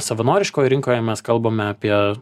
savanoriškoje rinkoje mes kalbame apie